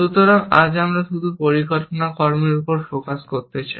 সুতরাং আমরা আজ শুধু পরিকল্পনা কর্মের উপর ফোকাস করতে চাই